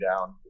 down